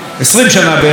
אז הייתה קרן אחת,